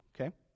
okay